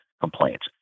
complaints